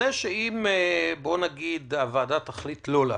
אם הוועדה תחליט לא לאשר,